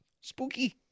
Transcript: spooky